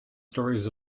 stories